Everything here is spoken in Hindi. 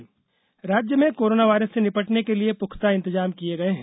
कोरोना प्रदेश राज्य में कोरोना वायरस से निपटने के लिए पुख्ता इंतजाम किये गये हैं